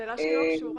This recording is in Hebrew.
שאלה שלא קשורה.